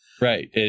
Right